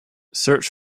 search